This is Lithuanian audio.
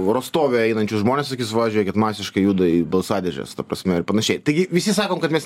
vorostove einančius žmones sakys va žiūrėkit masiškai juda į balsadėžes ta prasme ir panašiai taigi visi sakom kad mes